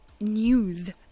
news